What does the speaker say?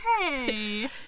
Hey